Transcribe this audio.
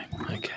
okay